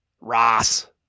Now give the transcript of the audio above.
Ross